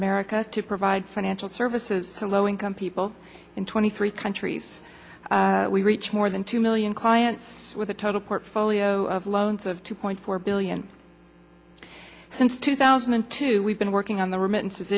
america to provide financial services to low income people in twenty three countries we reach more than two million clients with a total portfolio of loans of two point four billion since two thousand and two we've been working on the remittances